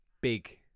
big